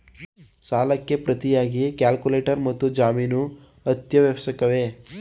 ಸಾಲಕ್ಕೆ ಪ್ರತಿಯಾಗಿ ಕೊಲ್ಯಾಟರಲ್ ಮತ್ತು ಜಾಮೀನು ಅತ್ಯವಶ್ಯಕವೇ?